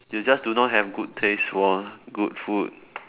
you just do not have good taste for good food